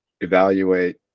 evaluate